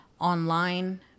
online